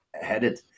headed